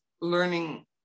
learning